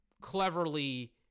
cleverly